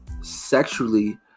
sexually